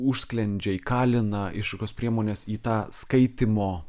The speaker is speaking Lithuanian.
užsklendžia įkalina išraiškos priemones į tą skaitymo